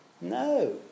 No